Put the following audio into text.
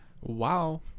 wow